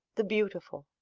the beautiful.